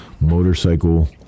motorcycle